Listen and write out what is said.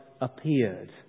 appeared